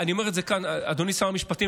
אדוני שר המשפטים,